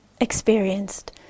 experienced